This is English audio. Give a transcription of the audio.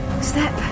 step